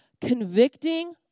convicting